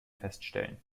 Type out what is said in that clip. feststellen